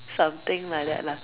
something like that lah